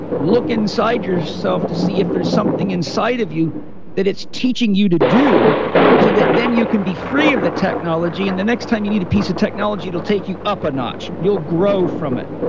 look inside yourself to see if there's something inside of you that it's teaching you to do so that then you can be free of the technology, and the next time you need a piece of technology, it will take you up a notch. you'll grow from it.